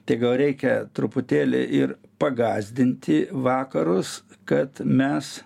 tai gal reikia truputėlį ir pagąsdinti vakarus kad mes